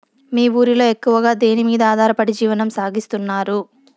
మీ ఊరిలో ఎక్కువగా దేనిమీద ఆధారపడి జీవనం సాగిస్తున్నారు?